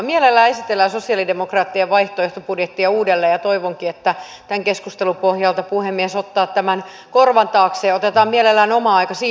mielellään esitellään sosialidemokraattien vaihtoehtobudjettia uudelleen ja toivonkin että tämän keskustelun pohjalta puhemies ottaa tämän korvan taakse ja otetaan mielellään oma aika siihen